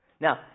Now